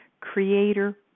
creator